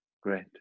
Great